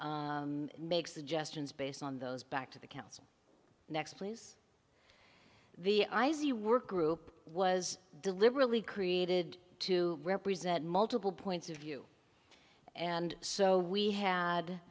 make suggestions based on those back to the council next please the i z work group was deliberately created to represent multiple points of view and so we